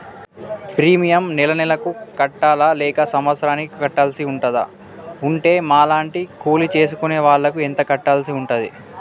Premium నెల నెలకు కట్టాలా లేక సంవత్సరానికి కట్టాల్సి ఉంటదా? ఉంటే మా లాంటి కూలి చేసుకునే వాళ్లు ఎంత కట్టాల్సి ఉంటది?